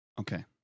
okay